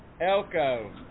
Elko